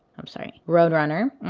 i'm sorry. roadrunner,